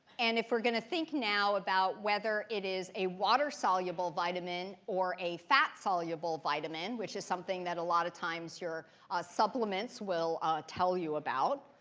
and if we're going to think, now, about whether it is a water soluble vitamin or a fat soluble vitamin which is something that a lot of times your supplements will tell you about.